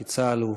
כי צה"ל הוא